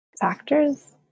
factors